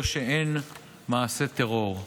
או שהן מעשה טרור.